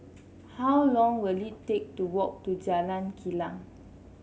how long will it take to walk to Jalan Kilang